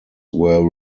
were